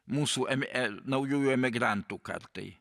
mūsų emi naujųjų emigrantų kartai